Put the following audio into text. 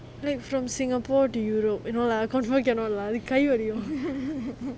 like from singapore to europe you know lah confirm cannot lah அது கை வலிக்கும்:athu kai valikum